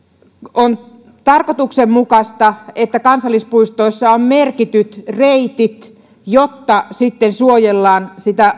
on tarkoituksenmukaista että kansallispuistoissa on merkityt reitit jotta sitten suojellaan sitä